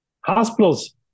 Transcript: Hospitals